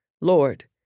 Lord